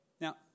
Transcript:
Now